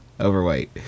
overweight